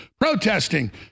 protesting